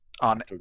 on